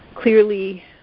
Clearly